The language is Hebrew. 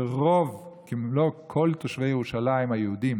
רוב אם לא כל תושבי ירושלים היהודים,